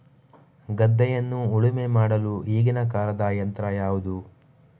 ಗದ್ದೆಯನ್ನು ಉಳುಮೆ ಮಾಡಲು ಈಗಿನ ಕಾಲದ ಯಂತ್ರ ಯಾವುದು?